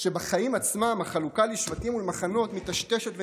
שבחיים עצמם החלוקה לשבטים ולמחנות מיטשטשת ונעלמת.